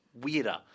weirder